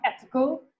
ethical